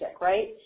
right